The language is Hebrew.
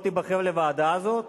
לא תיבחר לוועדה הזאת?